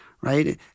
right